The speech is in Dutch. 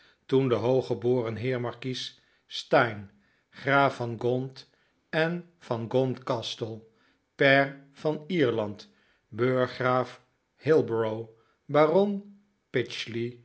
toen de hooggeboren heer markies steyne graaf van gaunt en van gaunt castle pair van ierland burggraaf hellborough baron